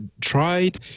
tried